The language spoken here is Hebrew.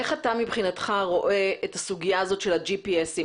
איך אתה מבחינתך רואה את הסוגיה של ה-GPS?